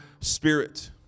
spirit